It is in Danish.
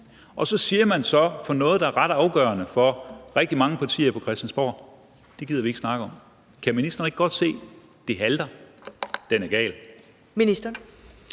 Og så siger man så i forhold til noget, som er ret afgørende for rigtig mange partier på Christiansborg: Det gider vi ikke snakke om. Kan ministeren ikke godt se, at det halter – at den er gal?